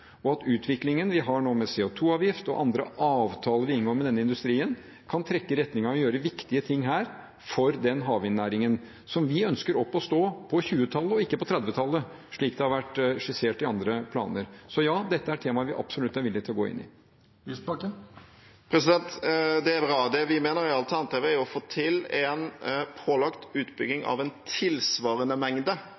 og at utviklingen vi har nå, med CO 2 -avgift og andre avtaler vi inngår med denne industrien, kan trekke i retning av å gjøre viktige ting her for den havvindnæringen som vi ønsker opp og stå på 2020-tallet og ikke på 2030-tallet, slik det har vært skissert i andre planer. Så ja, dette er temaer vi absolutt er villige til å gå inn i. Audun Lysbakken – til oppfølgingsspørsmål. Det er bra. Det vi mener er alternativet, er å få til en pålagt utbygging